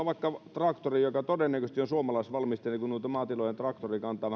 vaikka ostamaan traktorin joka todennäköisesti on suomalaisvalmisteinen kun noita maatilojen traktorikantoja